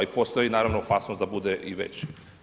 I postoji naravno i opasnost da bude i veći.